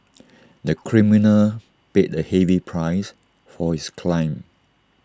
the criminal paid A heavy price for his crime